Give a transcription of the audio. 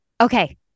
okay